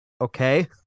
okay